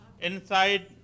Inside